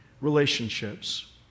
relationships